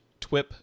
TWIP